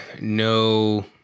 no